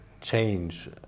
change